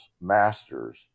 masters